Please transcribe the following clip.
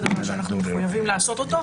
זה דבר שאנחנו מחויבים לעשות אותו.